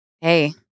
hey